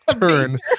turn